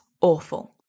awful